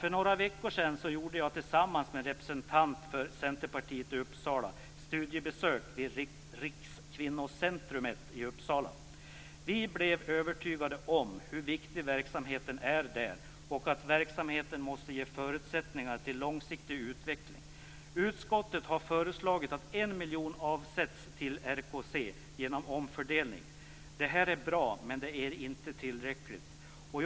För några veckor sedan gjorde jag tillsammans med en representant för Centerpartiet i Uppsala studiebesök vid Rikskvinnocentrumet i Uppsala. Utskottet har föreslagit att 1 Det är bra, men det är inte tillräckligt.